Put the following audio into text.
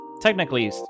technically